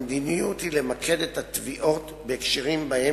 המדיניות היא למקד את התביעות בהקשרים שבהם